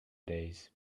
days